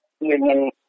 union